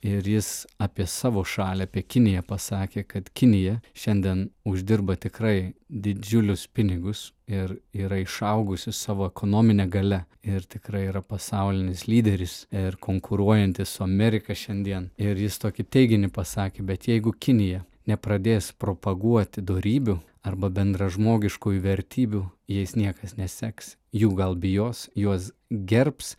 ir jis apie savo šalį apie kiniją pasakė kad kinija šiandien uždirba tikrai didžiulius pinigus ir yra išaugusi savo ekonomine galia ir tikrai yra pasaulinis lyderis ir konkuruojanti su amerika šiandien ir jis tokį teiginį pasakė bet jeigu kinija nepradės propaguoti dorybių arba bendražmogiškųjų vertybių jais niekas neseks jų gal bijos juos gerbs